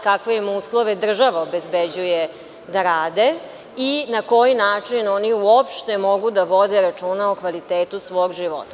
Kakve im uslove država obezbeđuje da rade i na koji način oni uopšte mogu da vode računa o kvalitetu svog života?